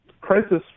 crisis